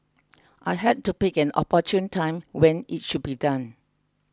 I had to pick an opportune time when it should be done